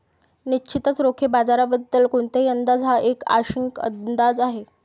निश्चितच रोखे बाजाराबद्दल कोणताही अंदाज हा एक आंशिक अंदाज आहे